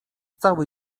cały